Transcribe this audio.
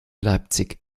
leipzig